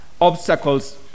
obstacles